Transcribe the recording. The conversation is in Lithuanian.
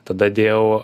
tada dėjau